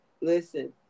listen